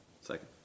Second